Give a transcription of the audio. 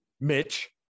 Mitch